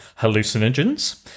hallucinogens